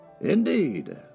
Indeed